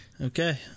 Okay